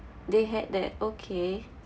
they had that okay